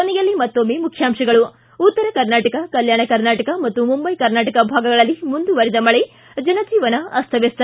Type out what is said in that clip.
ಕೊನೆಯಲ್ಲಿ ಮತ್ತೊಮ್ಮೆ ಮುಖ್ಯಾಂಶಗಳು ಿ ಉತ್ತರ ಕರ್ನಾಟಕ ಕಲ್ಯಾಣ ಕರ್ನಾಟಕ ಮತ್ತು ಮುಂಬೈ ಕರ್ನಾಟಕ ಭಾಗಗಳಲ್ಲಿ ಮುಂದುವರಿದ ಮಳೆ ಜನಜೀವನ ಅಸ್ತಮ್ಕವಸ್ಥ